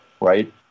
right